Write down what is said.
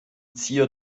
zier